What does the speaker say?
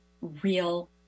real